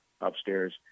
upstairs